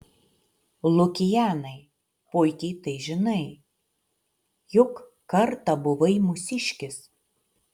lukianai puikiai tai žinai juk kartą buvai mūsiškis